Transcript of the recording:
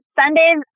sundays